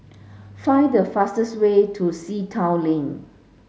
find the fastest way to Sea Town Lane